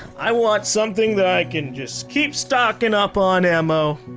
i want something that i can just keep stocking up on ammo.